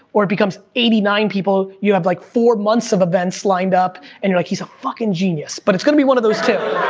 or it becomes eighty nine, you have like, four months of events lined up, and you're like, he's a fucking genius, but it's gonna be one of those two.